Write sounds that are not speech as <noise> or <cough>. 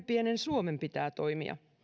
<unintelligible> pienen suomen pitää toimia